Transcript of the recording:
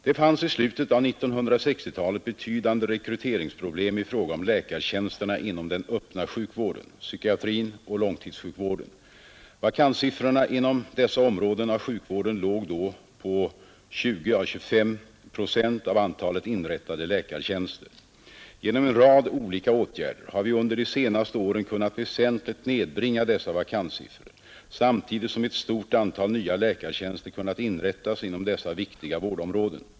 Det fanns i slutet av 1960-talet betydande rekryteringsproblem i fråga om läkartjänsterna inom den öppna sjukvården, psykiatrin och långtidssjukvården. Vakanssiffrorna inom dessa områden av sjukvården låg då på 20-25 procent av antalet inrättade läkartjänster. Genom en rad olika åtgärder har vi under de senaste åren kunnat väsentligt nedbringa dessa vakanssiffror, samtidigt som ett stort antal nya läkartjänster kunnat inrättas inom dessa viktiga vårdområden.